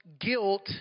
guilt